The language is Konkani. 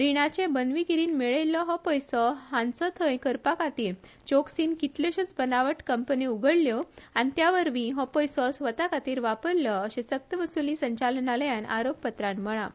रीणाचे बनवेगिरीन मेळयल्लो हो पैसो हांगचो थंय करपाखातीर चोक्सीन कितलेश्योच बनावट कंपन्यो उघडल्यो आनी ते वरवी हो पैसो स्वता खातीर वापरलो अशे सक्तवसुली संचालनालयान आरोप पत्रात म्हळा